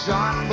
John